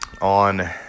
On